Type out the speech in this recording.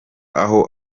aho